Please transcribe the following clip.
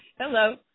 Hello